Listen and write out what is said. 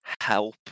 help